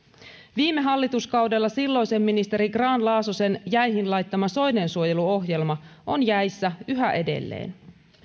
viime hallituskaudella silloisen ministeri grahn laasosen jäihin laittama soidensuojeluohjelma on jäissä yhä edelleen